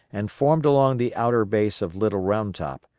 and formed along the outer base of little round top,